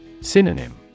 Synonym